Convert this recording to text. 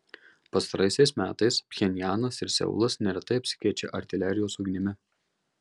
pastaraisiais metais pchenjanas ir seulas neretai apsikeičia artilerijos ugnimi